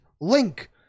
link